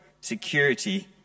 security